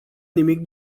nimic